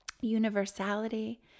universality